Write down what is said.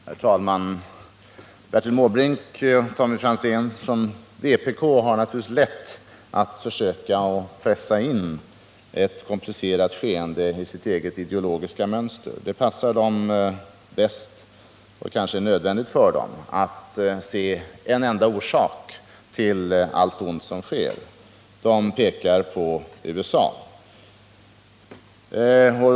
Herr talman! Bertil Måbrink och Tommy Franzén från vpk har naturligtvis lätt för att försöka att pressa in ett komplicerat skeende i sitt eget ideologiska mönster. Det passar dem bäst, och det är kanske nödvändigt för dem att se en enda orsak till allt ont som sker: de pekar på USA.